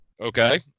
Okay